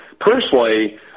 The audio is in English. personally